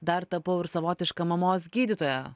dar tapau ir savotiška mamos gydytoja